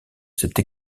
cette